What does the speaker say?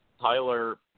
Tyler